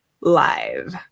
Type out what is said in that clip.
live